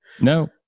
No